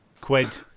quid